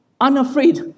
unafraid